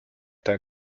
der